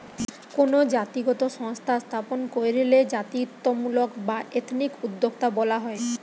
কোনো জাতিগত সংস্থা স্থাপন কইরলে জাতিত্বমূলক বা এথনিক উদ্যোক্তা বলা হয়